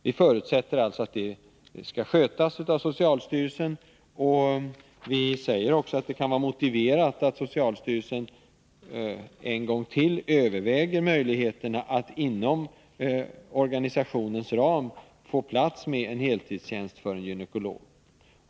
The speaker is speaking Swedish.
Vi förutsätter alltså att detta skall skötas av socialstyrelsen, och vi säger att det kan vara motiverat att socialstyrelsen en gång till överväger möjligheterna att inom organisationens ram få plats med en heltidstjänst för en gynekolog.